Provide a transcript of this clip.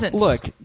look